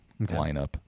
lineup